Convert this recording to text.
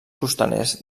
costaners